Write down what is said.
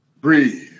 Breathe